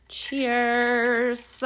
cheers